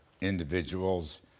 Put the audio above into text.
individuals